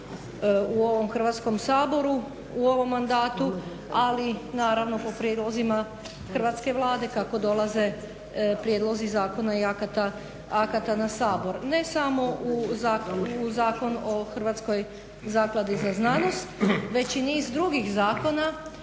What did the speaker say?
u ovom Hrvatskom saboru u ovom mandatu, ali naravno po prijedlozima Hrvatske vlade kako dolaze prijedlozi zakona i akata na Sabor. Ne samo u Zakon o Hrvatskoj zakladi za znanost, već i niz drugih zakona